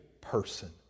person